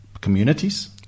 communities